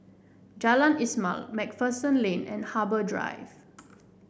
Jalan Ismail MacPherson Lane and Harbour Drive